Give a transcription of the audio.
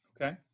Okay